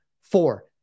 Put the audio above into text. Four